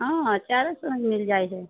हँ चारो सए मे मिल जाइत हय